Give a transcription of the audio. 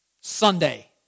Sunday